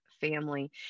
family